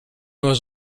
was